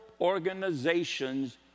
organizations